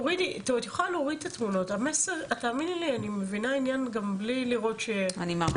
אני מנסה להבין את האירוע הזה.